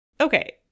okay